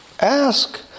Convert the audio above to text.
Ask